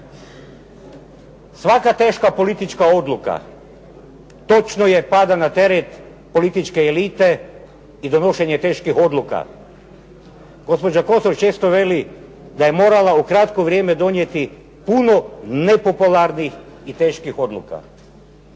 Svaka teška politička odluka točno pada na teret političke elite i donošenje teških odluka. Gospođa Kosor često veli, da je morala u kratko vrijeme donijeti puno nepopularnih i teških odluka.